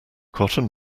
cotton